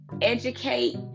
educate